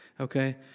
Okay